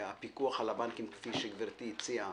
שהפיקוח על הבנקים, כפי שגברתי הציעה